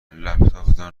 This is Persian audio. لپتاپتان